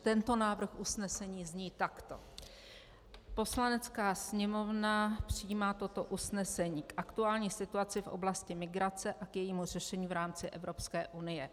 Tento návrh usnesení zní takto: Poslanecká sněmovna přijímá toto usnesení k aktuální situaci v oblasti migrace a k jejímu řešení v rámci Evropské unie.